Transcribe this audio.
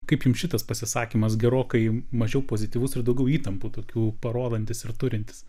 kaip jums šitas pasisakymas gerokai mažiau pozityvus ir daugiau įtampų tokių parodantis ir turintis